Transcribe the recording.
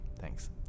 Thanks